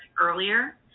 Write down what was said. earlier